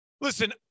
Listen